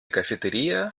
cafeteria